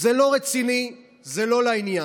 זה לא רציני, זה לא לעניין.